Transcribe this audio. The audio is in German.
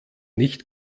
nicht